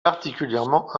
particulièrement